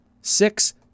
Six